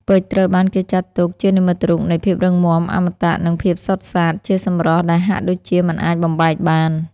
ពេជ្រត្រូវបានគេចាត់ទុកជានិមិត្តរូបនៃ ភាពរឹងមាំ អមតៈ និងភាពសុទ្ធសាធ ជាសម្រស់ដែលហាក់ដូចជាមិនអាចបំបែកបាន។